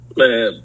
man